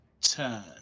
turn